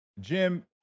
Jim